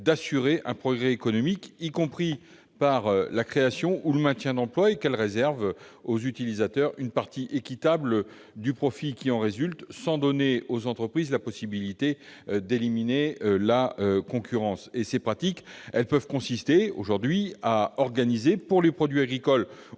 d'assurer un progrès économique, y compris par la création ou le maintien d'emplois, et qu'elles réservent aux utilisateurs une partie équitable du profit qui en résulte, sans donner aux entreprises intéressées la possibilité d'éliminer la concurrence ». Ces pratiques peuvent consister aujourd'hui à organiser, pour les produits agricoles